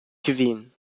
kvin